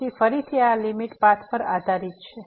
તેથી ફરીથી આ લીમીટ પાથ પર આધારીત છે